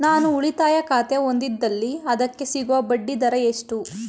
ನಾನು ಉಳಿತಾಯ ಖಾತೆ ಹೊಂದಿದ್ದಲ್ಲಿ ಅದಕ್ಕೆ ಸಿಗುವ ಬಡ್ಡಿ ದರ ಎಷ್ಟು?